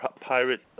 Pirate